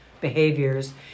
behaviors